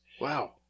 Wow